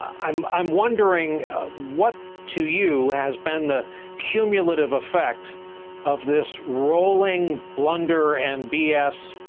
i'm i'm wondering what to you has been the cumulative effect of this rolling blunder and b s.